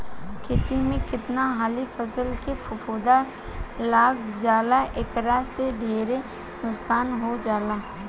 खेत में कतना हाली फसल में फफूंद लाग जाला एकरा से ढेरे नुकसान हो जाला